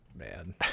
Man